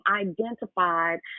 identified